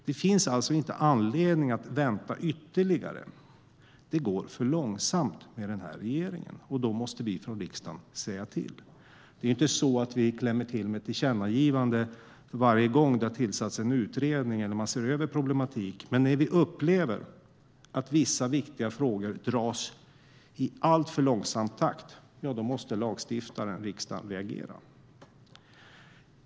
Det finns alltså inte anledning att vänta ytterligare. Det går för långsamt med den här regeringen, och då måste vi i riksdagen säga till. Det är ju inte så att vi klämmer till med ett tillkännagivande varje gång det har tillsatts en utredning eller man ser över problematik. Men när vi upplever att vissa viktiga frågor dras i alltför långsam takt, då måste lagstiftaren riksdagen reagera.